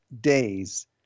days